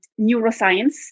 neuroscience